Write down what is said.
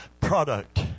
product